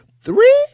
Three